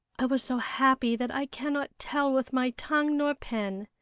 i was so happy that i cannot tell with my tongue nor pen.